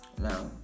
Now